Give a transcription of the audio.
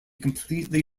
completely